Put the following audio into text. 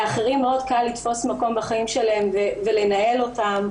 לאחרים מאוד קל לתפוס מקום בחיים שלהן ולנהל אותן,